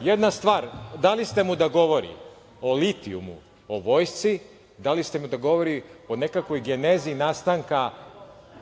Jedna stvar. Dali ste mu da govori o litijumu, o vojsci, dali ste mu da govori o nekakvoj genezi nastanka